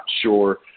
sure